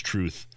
Truth